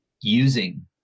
using